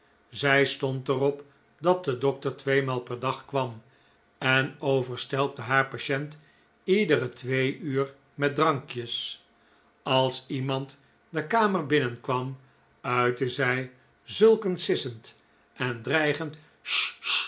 zij stond er op dat de dokter tweemaal per dag kwam en overstelpte haar patient iedere twee uur met drankjes als iemand de kamer binnenkwam uitte zij zulk een sissend en dreigend